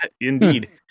Indeed